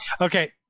Okay